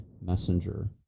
messenger